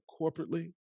corporately